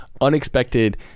unexpected